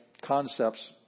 concepts